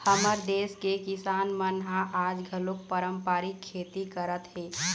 हमर देस के किसान मन ह आज घलोक पारंपरिक खेती करत हे